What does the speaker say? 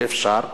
ואפשר,